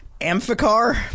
Amphicar